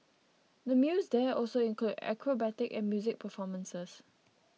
the meals there also include acrobatic and music performances